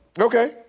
Okay